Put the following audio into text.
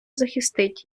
захистить